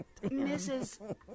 Mrs